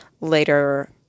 later